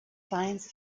science